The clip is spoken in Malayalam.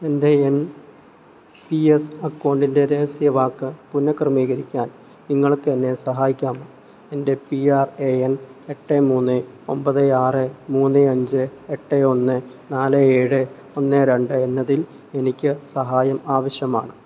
എൻ്റെ എൻ പി എസ് അക്കൗണ്ടിൻ്റെ രഹസ്യവാക്ക് പുനഃക്രമീകരിക്കാൻ നിങ്ങൾക്കെന്നെ സഹായിക്കാമോ എൻ്റെ പി ആർ എ എൻ എട്ട് മൂന്ന് ഒൻപത് ആറ് മൂന്ന് അഞ്ച് എട്ട് ഒന്ന് നാല് ഏഴ് ഒന്ന് രണ്ട് എന്നതിൽ എനിക്ക് സഹായം ആവശ്യമാണ്